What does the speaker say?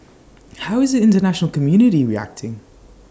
how is the International community reacting